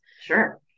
Sure